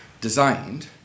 designed